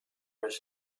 was